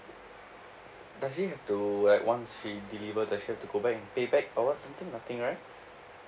does she have to like once she deliver does she have to go back and pay back or [what] something nothing right